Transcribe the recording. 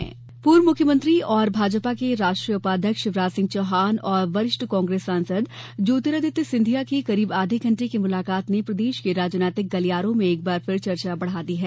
सिंधिया शिवराज पूर्व मुख्यमंत्री और भाजपा के राष्ट्रीय उपाध्यक्ष शिवराज सिंह चौहान और वरिष्ठ कांग्रेस सांसद ज्योतिरादित्य सिंधिया की करीब आधे घंटे की मुलाकात ने प्रदेश के राजनीतिक गलियारों में एक बार फिर चर्चा बढ़ा दी हैं